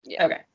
Okay